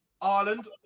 Ireland